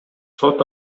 сот